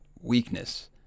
weakness